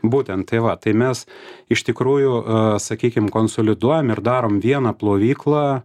būtent tai va tai mes iš tikrųjų sakykim konsoliduojam ir darom vieną plovyklą